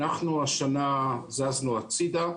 אנחנו השנה זזנו הצידה.